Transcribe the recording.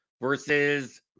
versus